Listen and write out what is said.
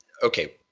Okay